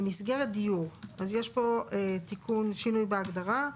מסגרת דיור, יש פה שינוי בהגדרה.